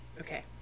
Okay